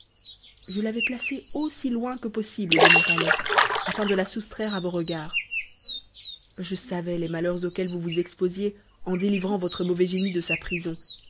je l'avais placée aussi loin que possible de mon palais afin de la soustraire à vos regards je savais les malheurs auxquels vous vous exposiez en délivrant votre mauvais génie de sa prison